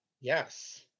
Yes